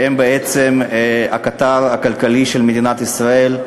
והם בעצם הקטר הכלכלי של מדינת ישראל.